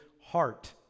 heart